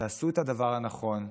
עשו את הדבר הנכון,